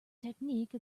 technique